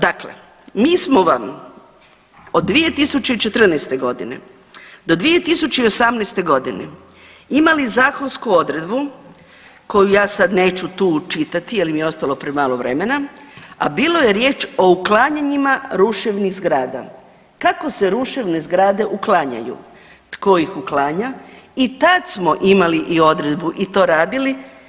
Dakle, mi smo vam od 2014.g. do 2018.g. imali zakonsku odredbu koju ja sad neću tu čitati jel mi je ostalo premalo vremena, a bilo je riječ o uklanjanjima ruševnih zgrada, kako se ruševne zgrade uklanjaju, tko ih uklanja i tad smo imali i odredbu i to radili.